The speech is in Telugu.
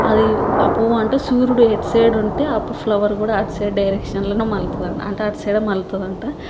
అదీ పువ్వంటే సూర్యుడు ఎటు సైడుంటే పు ఫ్లవర్ కూడా అటు సైడ్ డైరక్షన్లోనే మలతుందంట అటు సైడే మలతుందంట